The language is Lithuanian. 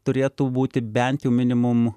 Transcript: turėtų būti bent jau minimum